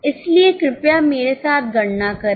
इसलिए कृपया मेरे साथ गणना करें